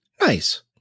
Nice